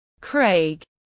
Craig